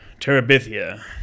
Terabithia